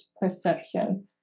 perception